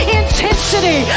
intensity